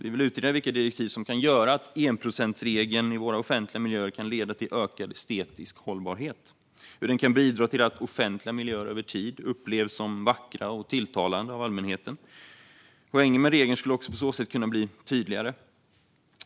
Vi vill utreda vilka direktiv som kan göra att enprocentsregeln för våra offentliga miljöer kan leda till ökad estetisk hållbarhet - hur den kan bidra till att offentliga miljöer över tid upplevs som vackra och tilltalande av allmänheten. Poängen med regeln skulle på så sätt kunna bli tydligare.